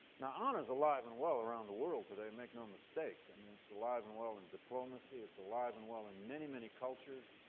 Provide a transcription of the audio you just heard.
now, honor's alive and well around the world today, make no mistake. um it's alive and well in diplomacy, it's alive and well in many, many cultures.